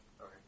Okay